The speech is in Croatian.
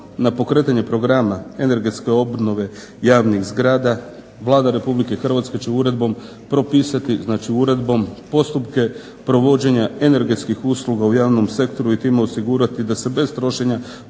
na pokretanje programa energetske obnove javnih zgrada Vlada Republike Hrvatske će uredbom propisati postupke provođenja energetskih usluga u javnom sektoru i time osigurati da se bez trošenja